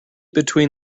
between